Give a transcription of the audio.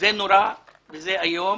זה נורא וזה איום.